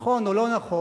נכון או לא נכון,